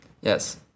Yes